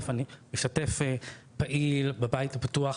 משתתף פעיל בבית הפתוח,